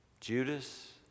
Judas